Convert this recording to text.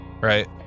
right